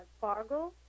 Fargo